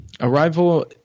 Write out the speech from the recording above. Arrival